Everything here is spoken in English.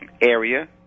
area